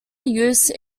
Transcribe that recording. use